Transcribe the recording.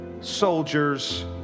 Soldiers